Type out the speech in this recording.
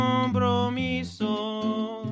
compromiso